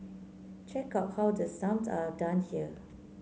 check out how the sums are done here